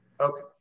Okay